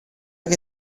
che